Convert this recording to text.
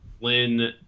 Lynn